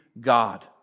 God